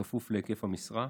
בכפוף להיקף המשרה.